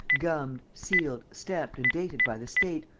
gummed, sealed, stamped and dated by the state,